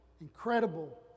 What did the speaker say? Incredible